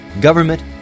government